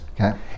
Okay